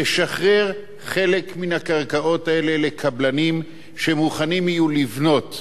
תשחרר חלק מן הקרקעות האלה לקבלנים שמוכנים יהיו לבנות